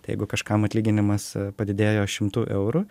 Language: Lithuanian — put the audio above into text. tai jeigu kažkam atlyginimas padidėjo šimtu eurų